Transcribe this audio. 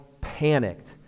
panicked